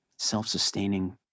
self-sustaining